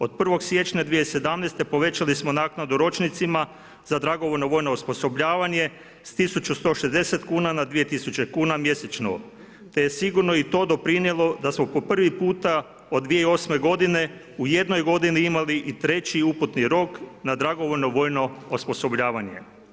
Od 1. siječnja 2017. povećali smo naknadu ročnicima za dragovoljno vojno osposobljavanje s 1160 kuna na 2000 kuna mjesečno te je sigurno i to doprinijelo da smo po prvi puta od 2008. godine u jednoj godini imali i treći uputni rok na dragovoljno vojno osposobljavanje.